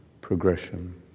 progression